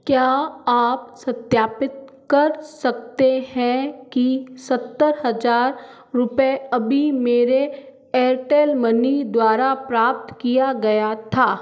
क्या आप सत्यापित कर सकते हैं कि सत्तर हज़ार रुपये अभी मेरे एयरटेल मनी द्वारा प्राप्त किया गया था